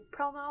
promo